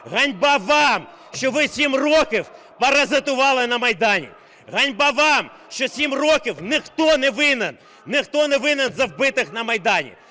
Ганьба вам, що ви 7 років паразитували на Майдані. Ганьба вам, що 7 років ніхто не винен, ніхто не винен